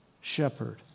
shepherd